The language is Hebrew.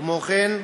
כמו כן,